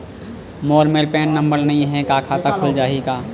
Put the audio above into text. मोर मेर PAN number नई हे का खाता खुल जाही?